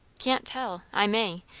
can't tell. i may.